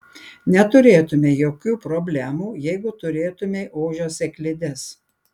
neturėtumei jokių problemų jeigu turėtumei ožio sėklides